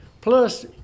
Plus